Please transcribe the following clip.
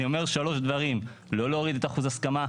אני אומר שלושה דברים: לא להוריד את אחוז ההסכמה,